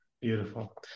Beautiful